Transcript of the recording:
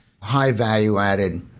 high-value-added